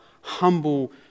humble